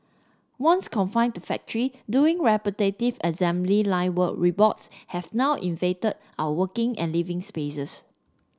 once confined to factories doing repetitive assembly line work robots have now invaded our working and living spaces